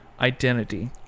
identity